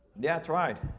yeah that's right.